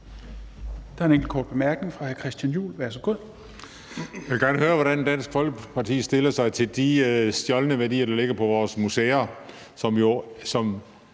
Der er en enkelt kort bemærkning fra hr. Christian Juhl. Værsgo.